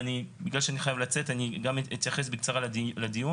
אבל בגלל שאני חייב לצאת אני גם אתייחס בקצרה לדיון.